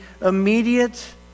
immediate